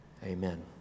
Amen